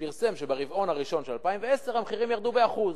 פרסם שברבעון הראשון של 2010 המחירים ירדו ב-1%.